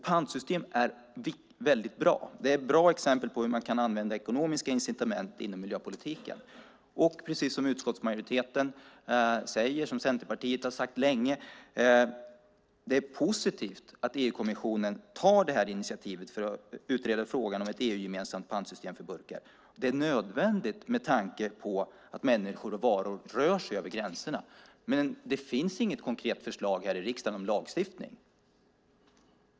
Pantsystem är väldigt bra exempel på hur man kan använda ekonomiska incitament inom miljöpolitiken. Precis som utskottsmajoriteten säger och som Centerpartiet har sagt länge är det positivt att EU-kommissionen tar detta initiativ för att utreda frågan om ett EU-gemensamt pantsystem för burkar. Det är nödvändigt med tanke på att människor och varor rör sig över gränserna. Men det finns inget konkret förslag här i riksdagen om lagstiftning.